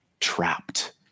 trapped